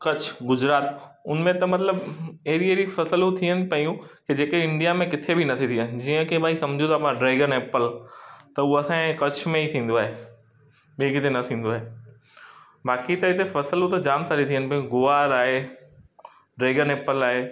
कच्छ गुजरात उनमें त मतिलबु अहिड़ी अहिड़ी फसलूं थियनि पयूं कि जेके इंडिया में किथे बि नथी थियनि जीअं कि भई सम्झूं था पाण ड्रेगन एप्पल त हू असांजे कच्छ में ई थींदो आहे ॿिए किथे न थींदो आहे बाक़ी त हिते फसलूं त जाम सारी थियनि पयूं ग्वार आहे ड्रेगन एप्पल आहे